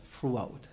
throughout